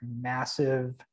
massive